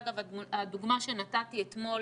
אגב, הדוגמה שנתתי אתמול